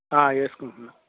వేసుకుంటున్నాను